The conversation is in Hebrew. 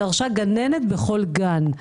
רישוי הקייטנות דרש גננת בכל גן,